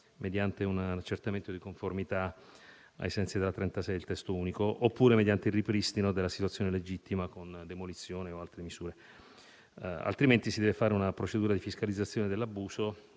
mediante un accertamento di conformità ai sensi dell'articolo 36 del testo unico, oppure mediante il ripristino della situazione legittima con demolizione o altre misure; altrimenti si deve fare una procedura di fiscalizzazione dell'abuso